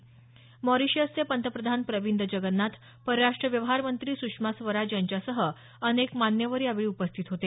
मॉरिशसचे मॉरिशसचे पंतप्रधान प्रविंद जगन्नाथ परराष्ट्र व्यवहार मंत्री सुषमा स्वराज यांच्यासह अनेक मान्यवर यावेळी उपस्थित होते